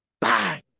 bang